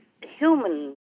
human